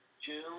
June